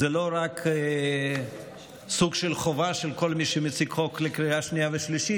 זו לא רק סוג של חובה של כל מי שמציג חוק לקריאה שנייה ושלישית,